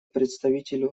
представителю